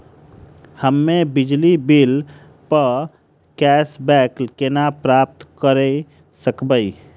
हम्मे बिजली बिल प कैशबैक केना प्राप्त करऽ सकबै?